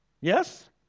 Yes